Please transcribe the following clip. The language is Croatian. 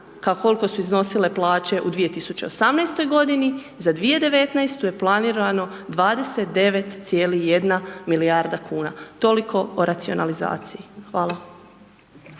kuna koliko su iznosile plaće u 2018. godini za 2019. je planirano 29,1 milijarda kuna, toliko o racionalizaciji. Hvala.